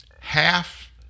Half